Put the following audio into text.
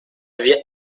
wird